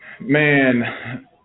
Man